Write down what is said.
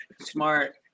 Smart